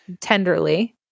tenderly